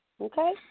Okay